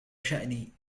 شأني